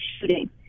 shooting